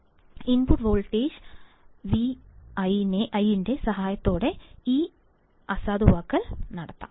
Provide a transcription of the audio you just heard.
input offset voltage VIO ന്റെ സഹായത്തോടെ ഈ അസാധുവാക്കൽ നടത്താം